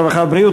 הרווחה והבריאות,